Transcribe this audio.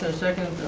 so second.